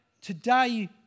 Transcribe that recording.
today